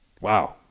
Wow